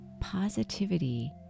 positivity